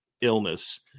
illness